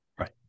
Right